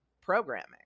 programming